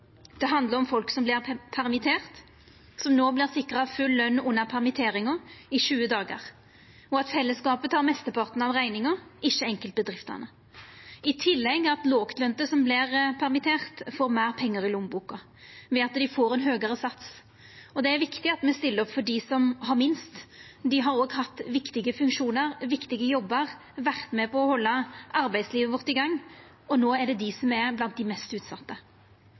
Det handlar om folk som vert permitterte, som no vert sikra full løn under permitteringa i 20 dagar – og at fellesskapet tek mesteparten av rekninga, ikkje enkeltbedriftene – og i tillegg om at lågtlønte som vert permitterte, får meir pengar i lommeboka ved at dei får ein høgare sats. Det er viktig at me stiller opp for dei som har minst. Dei har òg hatt viktige funksjonar, viktige jobbar, vore med på å halda arbeidslivet vårt i gang, og no er det dei som er blant dei mest utsette.